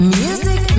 music